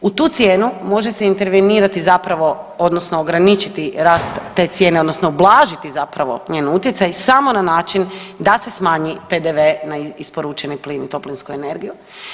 U tu cijenu može se intervenirati zapravo odnosno ograničiti rast te cijene odnosno ublažiti zapravo njen utjecaj samo na način da se smanji PDV-e na isporučeni plin i toplinsku energiju.